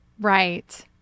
Right